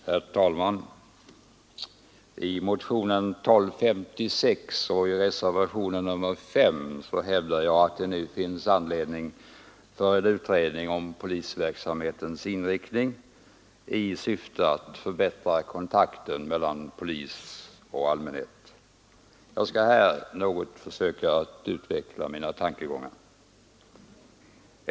Herr talman! I motionen 1256 och i reservationen 5 hävdar jag att det nu finns anledning att tillsätta en utredning om polisverksamhetens inriktning i syfte att förbättra kontakten mellan polis och allmänhet. Jag skall här försöka att något utveckla mina tankegångar.